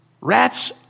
Rats